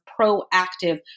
proactive